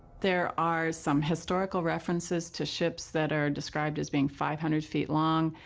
there are some historical references to ships that are described as being five hundred feet long.